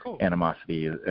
animosity